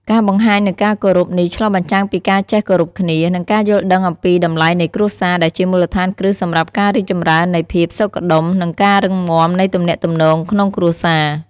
ការបង្ហាញនូវការគោរពនេះឆ្លុះបញ្ចាំងពីការចេះគោរពគ្នា និងការយល់ដឹងអំពីតម្លៃនៃគ្រួសារ ដែលជាមូលដ្ឋានគ្រឹះសម្រាប់ការរីកចម្រើននៃភាពសុខដុម និងការរឹងមាំនៃទំនាក់ទំនងក្នុងគ្រួសារ។